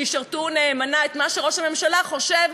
שישרתו נאמנה את מה שראש הממשלה חושב,